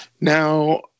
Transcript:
Now